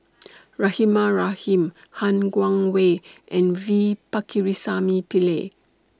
Rahimah Rahim Han Guangwei and V Pakirisamy Pillai